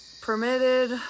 Permitted